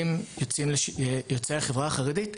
יוצאי החברה החרדית,